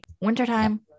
Wintertime